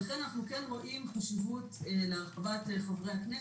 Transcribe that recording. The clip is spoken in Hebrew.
לכן אנחנו כן רואים חשיבות להרחבת מספר חברי הכנסת.